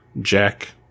Jack